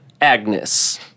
Agnes